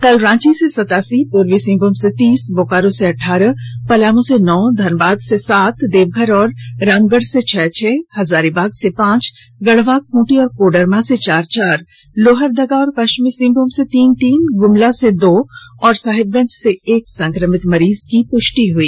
कल रांची से सतासी पूर्वी सिंहभूम से तीस बोकारो से अठारह पलामू से नौ धनबाद से सात देवघर और रामगढ़ से छह छह हजारीबाग से पांच गढ़वा खूंटी और कोडरमा से चार चार लोहरदगा और पींचमी सिंहभूम से तीन तीन ग्मला से दो और साहिबगंज से एक संक्रमित मरीज की पुष्टि हुई